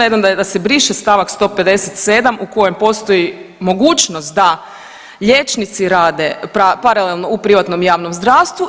Jedan je da se briše stavak 157. u kojem postoji mogućnost da liječnici rade paralelno u privatnom i javnom zdravstvu.